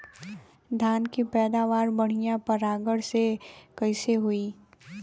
धान की पैदावार बढ़िया परागण से कईसे होई?